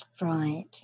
Right